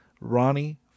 Ronnie